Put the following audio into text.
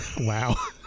Wow